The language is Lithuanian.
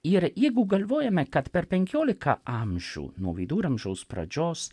ir jeigu galvojame kad per penkiolika amžių nuo viduramžiaus pradžios